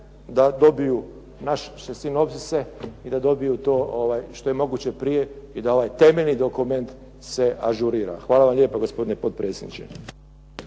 da dobiju naše sinopsise i da dobiju to što je moguće prije i da ovaj temeljni dokument se ažurira. Hvala vam lijepa gospodine potpredsjedniče.